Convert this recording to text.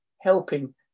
helping